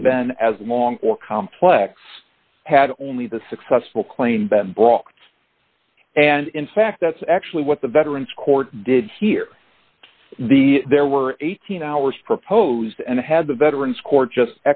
have been as long or complex had only the successful claims that brought and in fact that's actually what the veterans court did here the there were eighteen hours proposed and had the veterans court just